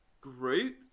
group